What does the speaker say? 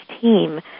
team